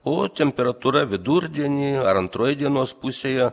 o temperatūra vidurdienį ar antroje dienos pusėje